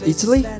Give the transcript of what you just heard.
Italy